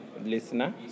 listener